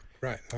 Right